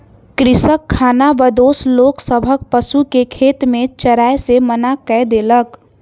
कृषक खानाबदोश लोक सभक पशु के खेत में चरै से मना कय देलक